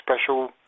special